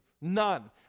none